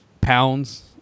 pounds